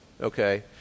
Okay